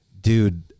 dude